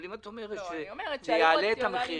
אבל אם את אומרת שזה יעלה את המחיר,